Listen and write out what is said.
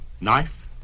knife